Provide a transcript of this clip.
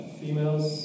females